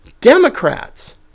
Democrats